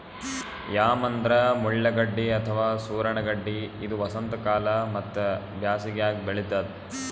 yam ಅಂದ್ರ ಮುಳ್ಳಗಡ್ಡಿ ಅಥವಾ ಸೂರಣ ಗಡ್ಡಿ ಇದು ವಸಂತಕಾಲ ಮತ್ತ್ ಬ್ಯಾಸಿಗ್ಯಾಗ್ ಬೆಳಿತದ್